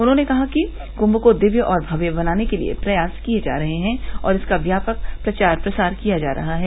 उन्होंने कहा कि कुम को दिव्य और भव्य बनाने के लिए प्रयास किये जा रहे हैं और इसका व्यापक प्रचार प्रसार किया जा रहा है